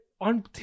on